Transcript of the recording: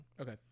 Okay